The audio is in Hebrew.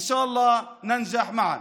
אינשאללה נצליח יחדיו.